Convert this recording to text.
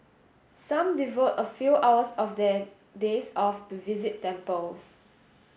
some devote a few hours of their days off to visit temples